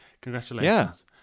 Congratulations